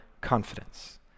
confidence